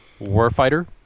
Warfighter